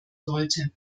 sollte